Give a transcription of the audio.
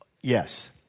yes